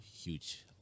huge